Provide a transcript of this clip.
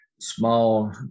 small